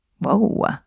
Whoa